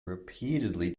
repeatedly